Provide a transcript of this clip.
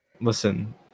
Listen